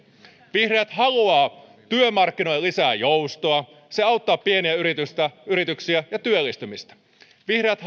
vihreät haluaa työmarkkinoille lisää joustoa se auttaa pieniä yrityksiä ja työllistymistä vihreät